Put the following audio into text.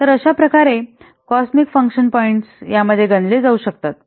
तर अशा प्रकारे कॉसमिक फंक्शन पॉईंट्स यामध्ये गणले जाऊ शकतात